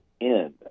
end